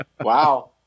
Wow